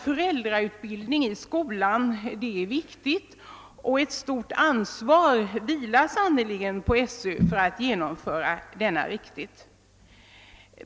Föräldrautbildning i skolan är viktig. Det vilar sannerligen ett stort ansvar på SÖ för att föräldrautbildningen genomförs riktigt.